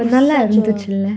it's such a